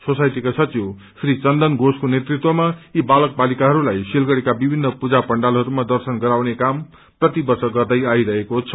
सोसाइटीका सचिव श्री चन्दन घोषको नेतृत्वमा यी बालक बालिकाहरूलाई सिलगड़ीका विभिन्न पूजा पण्डालहरूमा दर्शन गराउने काम प्रति वर्ष गर्दै आई रहेको छ